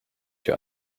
your